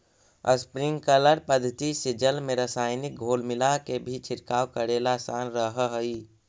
sprinkler पद्धति से जल में रसायनिक घोल मिलाके भी छिड़काव करेला आसान रहऽ हइ